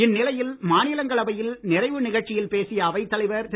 இந்நிலையில் மாநிலங்களவையில் நிறைவு நிகழ்ச்சியில் பேசிய அவைத் தலைவர் திரு